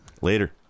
Later